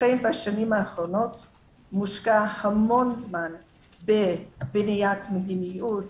לכן בשנים האחרונות מושקע המון זמן בבניית מדיניות,